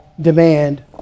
demand